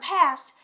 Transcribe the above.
past